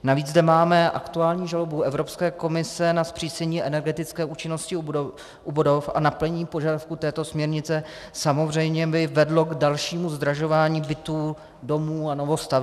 Navíc zde máme aktuální žalobu Evropské komise na zpřísnění energetické účinnosti u budov a naplnění požadavků této směrnice by samozřejmě vedlo k dalšímu zdražování bytů, domů a novostaveb.